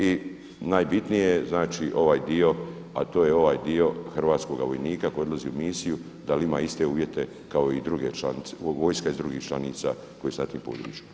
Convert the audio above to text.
I najbitnije je znači ovaj dio a to je ovaj dio hrvatskoga vojnika koji odlazi u misiju da li ima iste uvjete kao i vojska iz drugih članica koji su na tom području.